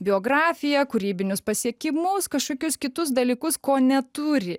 biografiją kūrybinius pasiekimus kažkokius kitus dalykus ko neturi